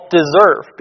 deserve